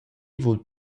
vul